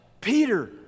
peter